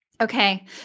Okay